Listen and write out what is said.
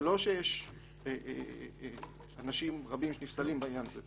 זה לא שיש אנשים רבים שנפסלים בעניין הזה.